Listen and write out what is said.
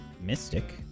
mystic